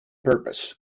purpose